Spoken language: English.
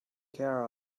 care